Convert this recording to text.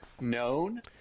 known